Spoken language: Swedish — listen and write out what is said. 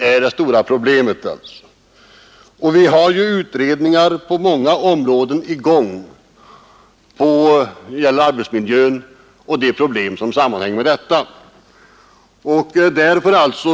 Frågor beträffande arbetsmiljön och de problem som sammanhänger med den är redan föremål för utredningar.